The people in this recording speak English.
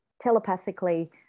telepathically